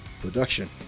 Production